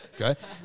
Okay